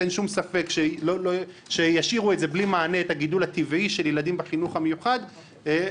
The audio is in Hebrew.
אין שום ספק שישאירו את הגידול הטבעי של ילדים בחינוך המיוחד בלי מענה,